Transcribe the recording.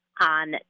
on